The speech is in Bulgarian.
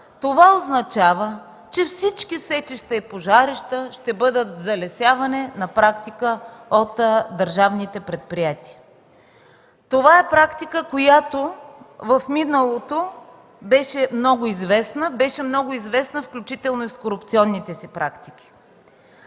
това означава, че всички сечища и пожарища на практика ще бъдат залесявани от държавните предприятия. Това е практика, която в миналото беше много известна, включително и с корупционните си практики.